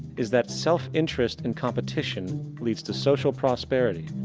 is that self interest and competition leads to social prosperity,